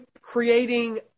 creating